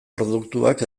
produktuak